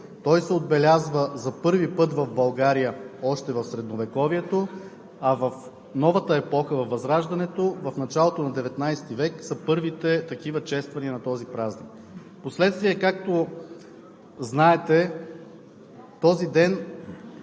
Той се отбелязва за първи път в България още в Средновековието, а в новата епоха – Възраждането, в началото на XIX век са първите такива чествания на този празник. Впоследствие, както знаете, този ден,